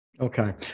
Okay